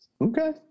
Okay